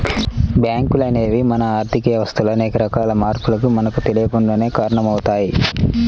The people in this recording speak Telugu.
బ్యేంకులు అనేవి మన ఆర్ధిక వ్యవస్థలో అనేక రకాల మార్పులకు మనకు తెలియకుండానే కారణమవుతయ్